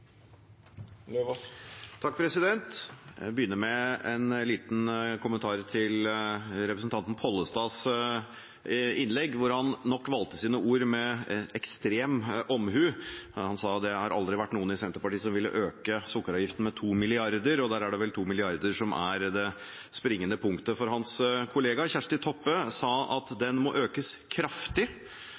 Jeg vil begynne med en liten kommentar til representanten Pollestads innlegg, hvor han nok valgte sine ord med ekstrem omhu. Han sa at det aldri har vært noen i Senterpartiet som vil øke sukkeravgiften med 2 mrd. kr. Da er det vel 2 mrd. som er det springende punktet, for hans kollega Kjersti Toppe sa at den må økes kraftig,